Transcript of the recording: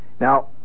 Now